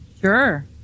Sure